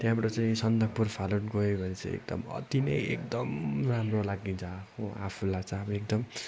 त्यहाँबाट चाहिँ सन्दकपू फालुट गयो भने चाहिँ एकदम अति नै एकदम राम्रो लाग्दछ हो आफूलाई चाहिँ अब एकदम